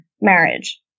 marriage